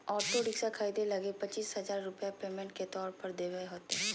auto rickshaw खरीदे लगी पचीस हजार रूपया पेमेंट के तौर पर देवे होतय